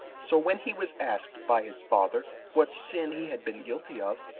so when he was asked by his father what sin he had been guilty of,